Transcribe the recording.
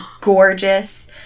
gorgeous